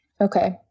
Okay